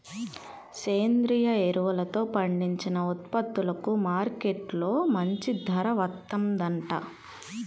సేంద్రియ ఎరువులతో పండించిన ఉత్పత్తులకు మార్కెట్టులో మంచి ధర వత్తందంట